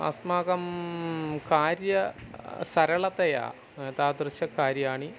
अस्माकं कार्यसरलतया तादृशकार्याणि